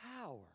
power